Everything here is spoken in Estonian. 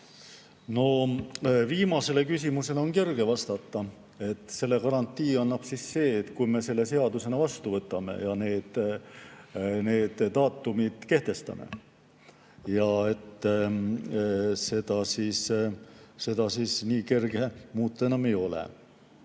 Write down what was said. No viimasele küsimusele on kerge vastata. Selle garantii annab see, et kui me selle eelnõu seadusena vastu võtame ja need daatumid kehtestame, siis seda nii kerge muuta enam ei ole.